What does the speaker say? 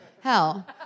hell